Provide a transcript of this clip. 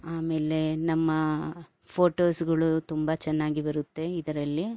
ಆಮೇಲೆ ನಮ್ಮ ಫೋಟೋಸ್ಗಳು ತುಂಬ ಚೆನ್ನಾಗಿ ಬರುತ್ತೆ ಇದರಲ್ಲಿ